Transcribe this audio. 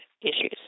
issues